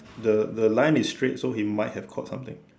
the the line is straight so he might have caught something